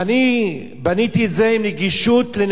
אני בניתי את זה עם נגישות לנכים: